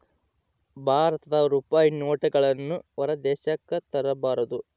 ಭಾರತದ ರೂಪಾಯಿ ನೋಟುಗಳನ್ನು ಹೊರ ದೇಶಕ್ಕೆ ತರಬಾರದು